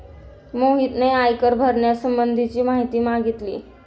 मोहितने आयकर भरण्यासंबंधीची माहिती मागितली